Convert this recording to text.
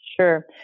Sure